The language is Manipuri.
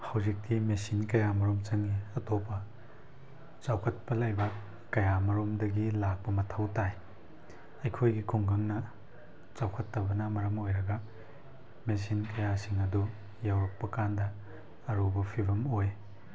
ꯍꯧꯖꯤꯛꯇꯤ ꯃꯦꯆꯤꯟ ꯀꯌꯥ ꯃꯔꯨꯝ ꯆꯪꯏ ꯑꯇꯣꯞꯄ ꯆꯥꯎꯈꯠꯄ ꯂꯩꯕꯥꯛ ꯀꯌꯥ ꯃꯔꯨꯝꯗꯒꯤ ꯂꯥꯛꯄ ꯃꯊꯧ ꯇꯥꯏ ꯑꯩꯈꯣꯏꯒꯤ ꯈꯨꯡꯒꯪꯅ ꯆꯥꯎꯈꯠꯇꯕꯅ ꯃꯔꯝ ꯑꯣꯏꯔꯒ ꯃꯦꯆꯤꯟ ꯀꯌꯥꯁꯤꯡ ꯑꯗꯨ ꯌꯧꯔꯛꯄ ꯀꯥꯟꯗ ꯑꯔꯨꯕ ꯐꯤꯕꯝ ꯑꯣꯏ